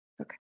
Okay